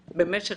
גימ"ל,